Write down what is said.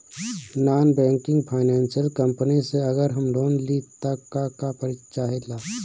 Non banking financial company से अगर हम लोन लि त का का परिचय चाहे ला?